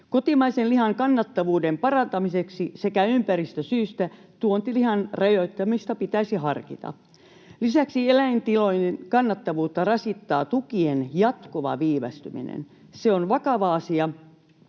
Kotimaisen lihan kannattavuuden parantamiseksi sekä ympäristösyistä tuontilihan rajoittamista pitäisi harkita. Lisäksi eläintilojen kannattavuutta rasittaa tukien jatkuva viivästyminen. Se on vakava asia.